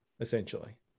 essentially